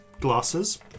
glasses